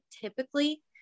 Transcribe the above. Typically